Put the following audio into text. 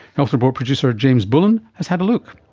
health report producer james bullen has had a look.